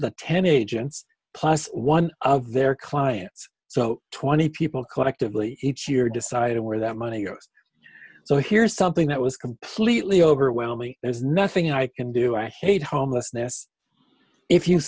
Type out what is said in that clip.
the ten agents plus one of their clients so twenty people collectively each year decide where that money goes so here's something that was completely overwhelming there's nothing i can do i hate homelessness if you